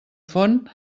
font